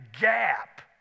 gap